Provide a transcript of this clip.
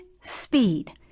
speed